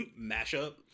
mashup